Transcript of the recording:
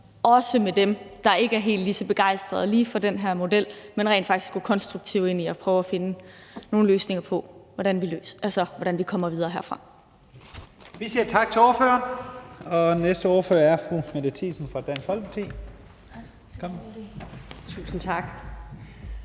også med dem, der ikke er helt lige så begejstrede for den her model, men rent faktisk går konstruktivt ind i at prøve at finde nogle løsninger på, hvordan vi kommer videre herfra.